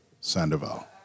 Sandoval